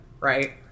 Right